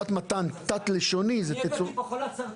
או מתן תת-לשוני, לא ניתן לעלות.